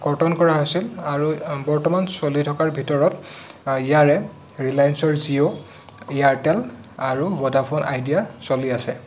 কৰ্তন কৰা হৈছিল আৰু বৰ্তমান চলি থকাৰ ভিতৰত ইয়াৰে ৰিলায়েঞ্চৰ জিঅ' এয়াৰটেল আৰু ভোডাফোন আইডিয়া চলি আছে